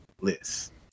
List